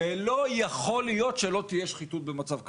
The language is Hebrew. ולא יכול להיות שלא תהיה שחיתות במצב כזה.